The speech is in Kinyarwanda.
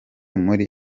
muri